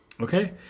Okay